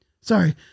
Sorry